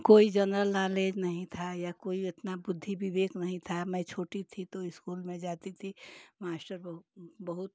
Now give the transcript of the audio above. कोई general knowledge नहीं था या कोई इतना बुद्धि विवेक नहीं था मैं छोटी थी तो स्कूल में जाती थी मास्टर बहु बहुत